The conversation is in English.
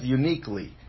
uniquely